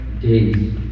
days